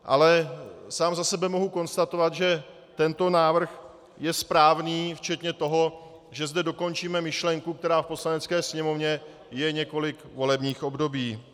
Ale sám za sebe mohu konstatovat, že tento návrh je správný včetně toho, že zde dokončíme myšlenku, která v Poslanecké sněmovně je několik volebních období.